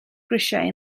grisiau